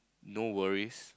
no worries